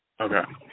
Okay